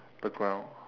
the ground